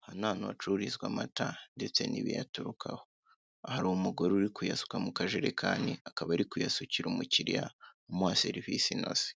Aha n'ahantu hacururizwa amata ndetse nibiyaturukaho hari umugore uri kuyasuka mukajerekani akaba ari kuyasukira umukiriya amuha serivise inoze,